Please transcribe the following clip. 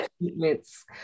Treatments